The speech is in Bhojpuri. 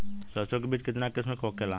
सरसो के बिज कितना किस्म के होखे ला?